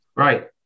Right